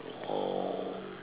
oh